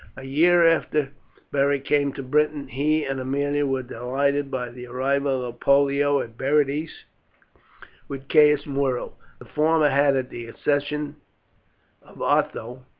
a year after beric came to britain he and aemilia were delighted by the arrival of pollio and berenice with caius muro. the former had at the accession of otho,